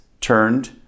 turned